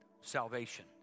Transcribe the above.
salvation